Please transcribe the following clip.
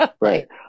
Right